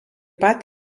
pat